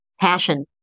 passion